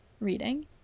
reading